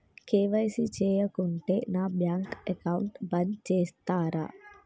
KYC చేయకుంటే నా bank account బంద్ చేస్తరా?